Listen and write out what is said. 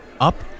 up